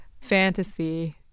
fantasy